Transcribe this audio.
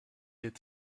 est